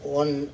one